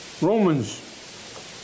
Romans